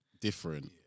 different